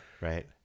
right